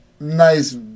nice